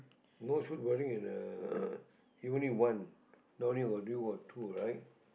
no shoot wording and uh he only one not only one you got two right